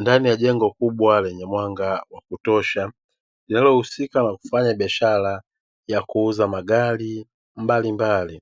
Ndani ya jengo kubwa lenye mwanga wa kutosha linalohusika na kufanya biashara ya kuuza magari mbalimbali,